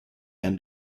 end